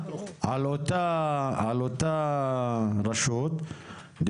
על אותה רשות,